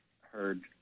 heard